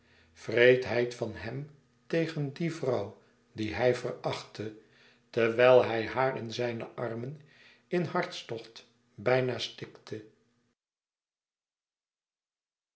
wreedheid van hem tegen die vrouw die hij verachtte terwijl hij haar in zijne armen in hartstocht bijna stikte